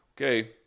Okay